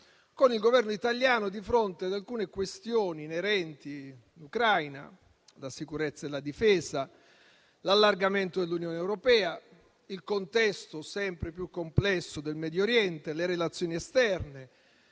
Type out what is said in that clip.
con il Governo italiano di fronte ad alcune questioni inerenti l'Ucraina, la sicurezza e la difesa, l'allargamento dell'Unione europea, il contesto sempre più complesso del Medio Oriente, le relazioni esterne,